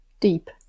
Deep